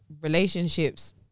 relationships